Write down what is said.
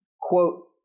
quote